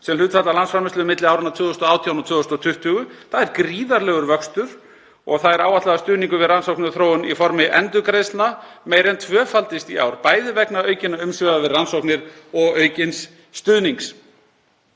sem hlutfall af landsframleiðslu milli áranna 2018 og 2020. Það er gríðarlegur vöxtur. Áætlað er að stuðningur við rannsóknir og þróun í formi endurgreiðslna meira en tvöfaldist í ár, bæði vegna aukinna umsvifa við rannsóknir og aukins stuðnings.